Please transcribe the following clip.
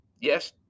Yes